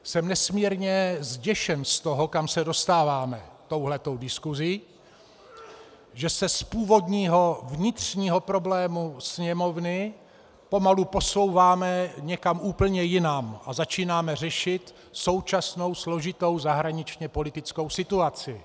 Jsem nesmírně zděšen z toho, kam se dostáváme touhle tou diskusí, že se z původního vnitřního problému Sněmovny pomalu posouváme někam úplně jinam a začínáme řešit současnou složitou zahraničněpolitickou situaci.